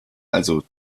also